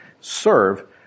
serve